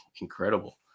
incredible